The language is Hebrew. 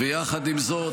ויחד עם זאת,